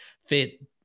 fit